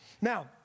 Now